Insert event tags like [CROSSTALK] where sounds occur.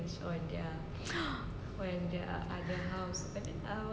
[NOISE]